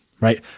right